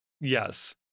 yes